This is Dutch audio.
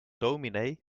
dominee